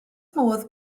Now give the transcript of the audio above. modd